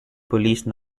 police